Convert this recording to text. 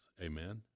Amen